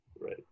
Right